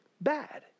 bad